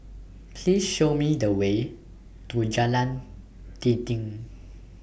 Please Show Me The Way to Jalan Dinding